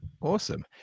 awesome